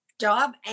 job